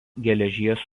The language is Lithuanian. geležies